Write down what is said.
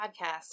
podcast